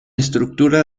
estructura